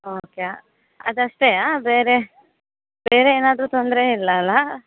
okay ಅದಷ್ಟೇಯೇ ಬೇರೆ ಬೇರೆ ಏನಾದರೂ ತೊಂದರೆ ಇಲ್ಲ ಅಲ್ಲ